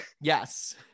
Yes